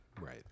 right